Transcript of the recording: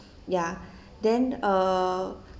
ya then uh